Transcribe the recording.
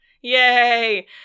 yay